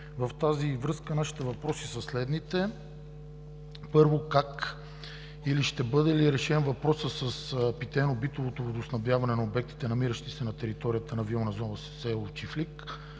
В тази връзка нашите въпроси са следните: първо, как и ще бъде ли решен въпросът с питейно-битовото водоснабдяване на обектите, намиращи се на територията на вилна зона в село Чифлик,